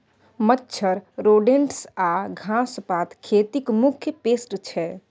मच्छर, रोडेन्ट्स आ घास पात खेतीक मुख्य पेस्ट छै